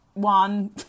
one